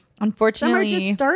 Unfortunately